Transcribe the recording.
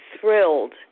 thrilled